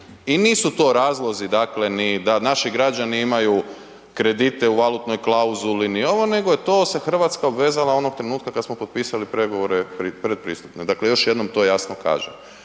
i nisu to razlozi, dakle ni da naši građani imaju kredite u valutnoj klauzuli ni ovo nego je to se RH obvezala onog trenutka kad smo potpisali pregovore predpristupne, dakle još jednom to jasno kažem,